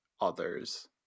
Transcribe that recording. others